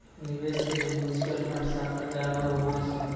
निवेश के लेली म्यूचुअल फंड सात प्रकार रो हुवै छै